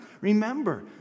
Remember